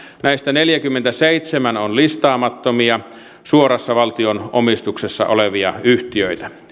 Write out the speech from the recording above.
näistä neljäkymmentäseitsemän on listaamattomia suorassa valtion omistuksessa olevia yhtiöitä